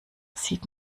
sieht